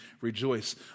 rejoice